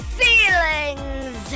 feelings